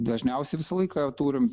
dažniausiai visą laiką turim